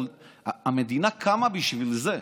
המדינה קמה בשביל זה,